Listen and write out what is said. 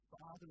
father